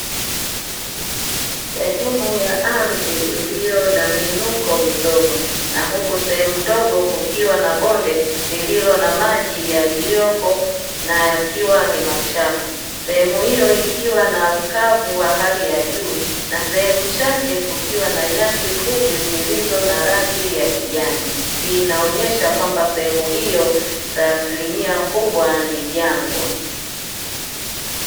Sehemu ya ardhi iliyo na miinuko midogo na huku sehemu ndogo kukiwa na bonde lililo na maji yaliyopo na yakiwa ni machafu. Sehemu hiyo ikiwa na ukavu wa hali ya juu, na sehemu chache kukiwa na nyasi fupi zilizo na rangi ya kijani. Hii inaonyesha kwamba sehemu hiyo asilimia kubwa ni jangwa.